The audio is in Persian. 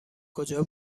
کجا